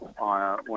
on